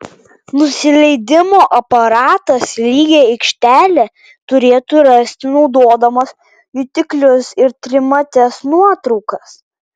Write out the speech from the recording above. nusileidimo aparatas lygią aikštelę turėtų rasti naudodamas jutiklius ir trimates nuotraukas